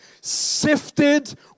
sifted